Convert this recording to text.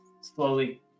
slowly